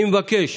אני מבקש,